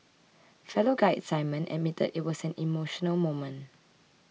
fellow guide Simon admitted it was an emotional moment